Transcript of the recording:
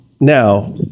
Now